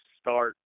start